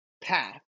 path